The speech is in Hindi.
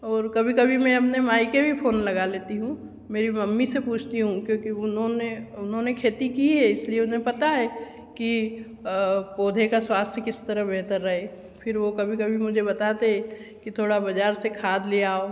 और कभी कभी मैं अपने मायके में भी फ़ोन लगा लेती हूँ मेरी मम्मी से पूछती हूँ क्योंकि उन्होंने उन्होंने खेती की है इसलिए उन्हें पता है की पौधे का स्वास्थ्य किस तरह बेहतर रहे फ़िर वह कभी कभी मुझे बताते की थोड़ा बाज़ार से खाद ले आओ